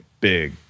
big